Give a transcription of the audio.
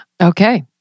Okay